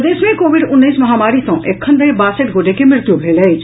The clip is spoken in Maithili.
प्रदेश मे कोविड उन्नैस महामारी सँ एखन धरि बासठि गोटे के मृत्यु भेल अछि